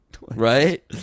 Right